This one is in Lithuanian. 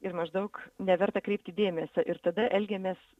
ir maždaug neverta kreipti dėmesio ir tada elgiamės